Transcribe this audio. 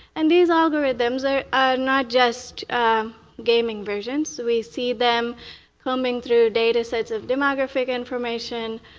and these algorithms are not just gaming versions. we see them coming through data sets of demographic information,